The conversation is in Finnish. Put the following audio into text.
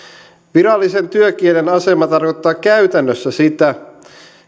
virallisen työkielen asema tarkoittaa käytännössä sitä